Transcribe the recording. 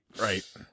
right